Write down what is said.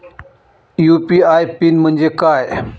UPI PIN म्हणजे काय?